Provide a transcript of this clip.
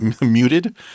muted